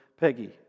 Peggy